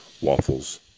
Waffles